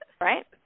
Right